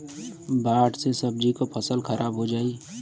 बाढ़ से सब्जी क फसल खराब हो जाई